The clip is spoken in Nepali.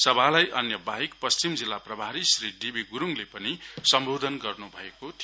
सभालाई अन्य बाहेक पश्चिम जिल्ला प्रभारी श्री डी बी गुरुङले पनि सम्बोधन गर्नु भएको थियो